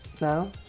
No